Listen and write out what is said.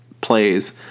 plays